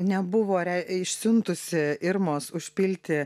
nebuvo išsiuntusi irmos užpilti